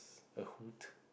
a hood